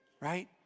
right